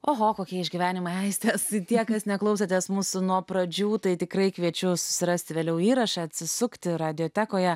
oho kokie išgyvenimai aistės dėka jūs neklausote mūsų nuo pradžių tai tikrai kviečiu susirasti vėliau įrašą atsisukti radijo teko ją